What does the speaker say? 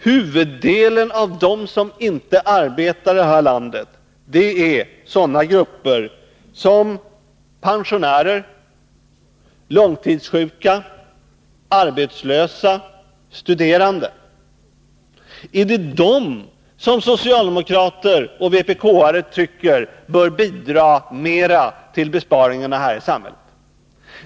Huvuddelen av dem som inte arbetar i det här landet är pensionärer, långtidssjuka, arbetslösa, studerande. Är det de grupperna som socialdemokrater och vpk-are tycker bör bidra mer till besparingarna i samhället?